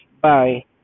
Bye